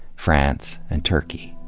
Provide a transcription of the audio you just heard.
france, and turkey.